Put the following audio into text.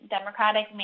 democratic